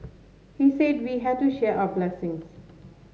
he said we had to share our blessings